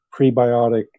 prebiotic